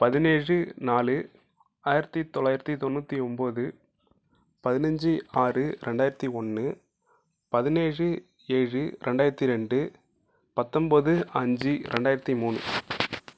பதினேழு நாலு ஆயிரத்தி தொள்ளாயிரத்தி தொண்ணூற்றி ஒம்பது பதினைஞ்சு ஆறு ரெண்டாயிரத்தி ஒன்று பதினேழு ஏழு ரெண்டாயிரத்தி ரெண்டு பத்தம்பது அஞ்சு ரெண்டாயிரத்தி மூணு